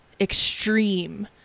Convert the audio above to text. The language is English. extreme